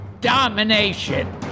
Domination